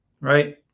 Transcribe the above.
right